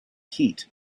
heat